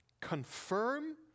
confirm